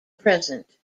present